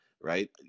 Right